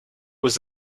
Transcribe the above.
was